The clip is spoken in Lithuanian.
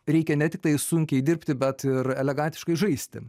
reikia ne tiktai sunkiai dirbti bet ir elegantiškai žaisti